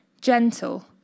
gentle